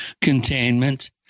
containment